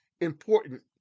important